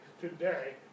today